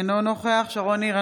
אינו נוכח שרון ניר,